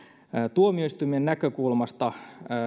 tuomioistuimien näkökulmasta